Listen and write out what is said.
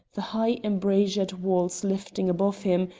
the high embrasured walls lifting above him,